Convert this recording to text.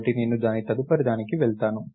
కాబట్టి నేను దాని తదుపరిదానికి వెళ్తాను